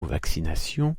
vaccination